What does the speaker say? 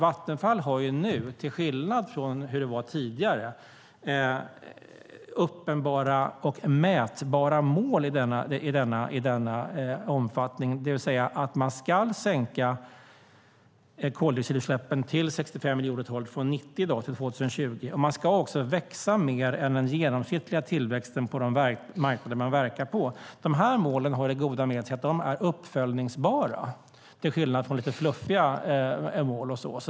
Vattenfall har nu, till skillnad från tidigare, uppenbara och mätbara mål om att sänka koldioxidutsläppen från 90 miljoner ton till 65 miljoner ton till 2020. Man ska också växa mer än den genomsnittliga tillväxten på de marknader man verkar på. Dessa mål har det goda med sig att de är uppföljningsbara, till skillnad från lite fluffigare mål.